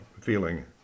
feeling